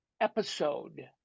episode